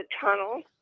tunnel